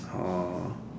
orh